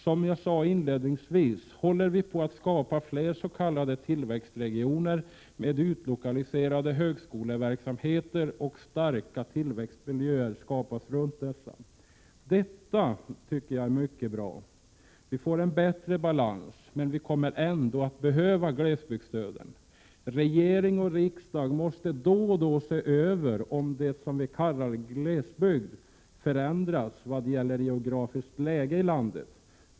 Som jag sade inledningsvis, håller vi på att skapa fler s.k. tillväxtregioner med utlokaliserade högskoleverksamheter, och starka tillväxtmiljöer skapas runt dessa. Detta tycker jag är mycket bra. Vi får en bättre balans. Men vi kommer ändå att behöva glesbygdsstöden. Regering och riksdag måste då och då se över om det som vi kallar glesbygd förändras vad gäller geografiskt läge i landet.